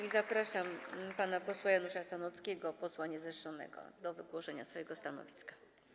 I zapraszam pana posła Janusza Sanockiego, posła niezrzeszonego, do wygłoszenia swojego stanowiska.